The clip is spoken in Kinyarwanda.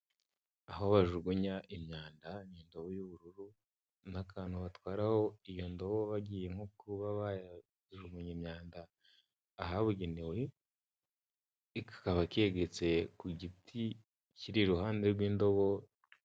Aho bajuhunya imyanda nu ndobo y'ubururu n'akantu batwaraho iyo ndobo bagiye kuba bajugunya imyanda ahabugenewe, kakaba kegetse ku giti cyiri iruhande rw'indobo.